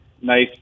nice